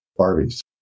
barbies